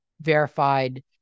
verified